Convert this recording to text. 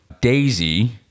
Daisy